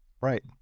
Right